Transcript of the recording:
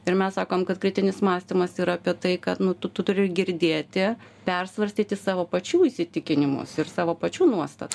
ir mes sakom kad kritinis mąstymas yra apie tai kad nu tu tu turi girdėti persvarstyti savo pačių įsitikinimus ir savo pačių nuosta